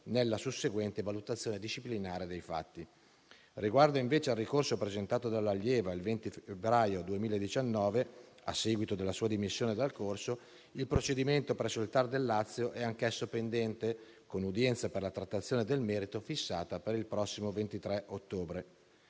nella susseguente valutazione disciplinare dei fatti. Riguardo invece al ricorso presentato dell'allieva il 23 febbraio 2019, a seguito della sua dimissione dal corso, il procedimento presso il TAR del Lazio è anch'esso pendente, con l'udienza per la trattazione del merito fissata per il prossimo 23 ottobre.